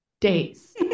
days